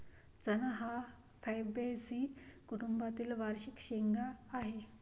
चणा हा फैबेसी कुटुंबातील वार्षिक शेंगा आहे